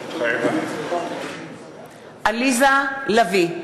מתחייב אני עליזה לביא,